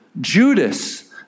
Judas